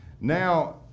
Now